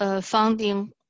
funding